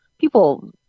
people